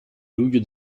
luglio